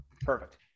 Perfect